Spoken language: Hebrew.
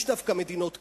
יש דווקא מדינות כאלה.